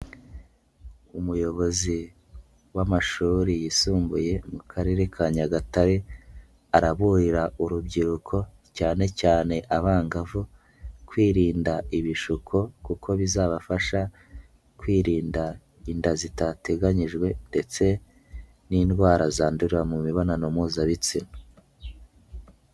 Umuyobozi w'amashuri yisumbuye mu Karere ka Nyagatare, araburira urubyiruko cyane cyane abangavu, kwirinda ibishuko kuko bizabafasha kwirinda inda zitateganyijwe ndetse n'indwara zandurira mu mibonano mpuzabitsina.